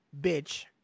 bitch